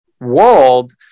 world